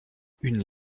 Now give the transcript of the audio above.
une